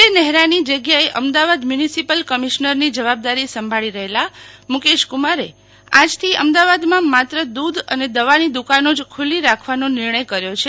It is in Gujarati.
વિજય નેફરાની જગ્યાએ અમદાવાદ મ્યુન્સીપલ કમિશ્નરની જવાબદારી સાંભળી રહેલા મુકેશકુમારે આજથી અમદાવાદમાં માત્ર દૂધ અને દવાની દુકાનો જ ખુલી રાખવાનો નિર્ણય કર્યો છે